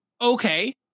Okay